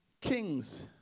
Kings